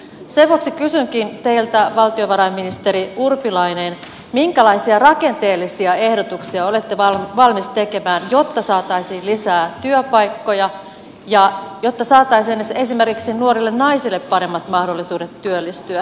sen vuoksi kysynkin teiltä valtiovarainministeri urpilainen minkälaisia rakenteellisia ehdotuksia olette valmis tekemään jotta saataisiin lisää työpaikkoja ja jotta saataisiin esimerkiksi nuorille naisille paremmat mahdollisuudet työllistyä